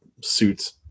suits